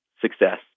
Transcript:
success